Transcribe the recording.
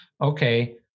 okay